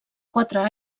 quatre